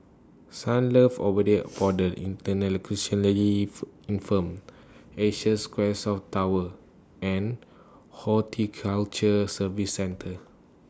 Sunlove Abode For The Intellectually If Infirmed Asia Square South Tower and Horticulture Services Centre